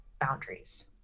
boundaries